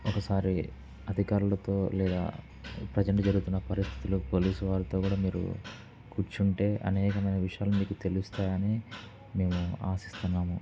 ఒకసారి అధికారులతో లేదా ప్రజెంట్ జరుగుతున్న పరిస్థితులు పోలీసు వారితో కూడా మీరు కూర్చుంటే అనేకమైన విషయాలు మీకు తెలుస్తాయని మేము ఆశిస్తున్నాము